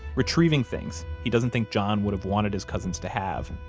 retrieving things he doesn't think john would have wanted his cousins to have.